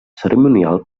cerimonial